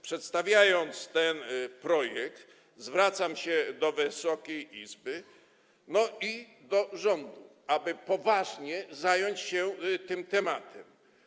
Przedstawiając ten projekt, zwracam się do Wysokiej Izby i do rządu, aby poważnie zająć się tym tematem.